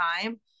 time